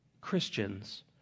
Christians